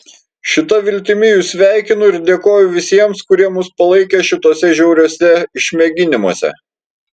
šita viltimi jus sveikinu ir dėkoju visiems kurie mus palaikė šituose žiauriuose išmėginimuose